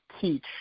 teach